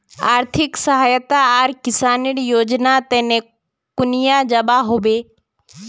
आर्थिक सहायता आर किसानेर योजना तने कुनियाँ जबा होबे?